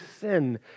sin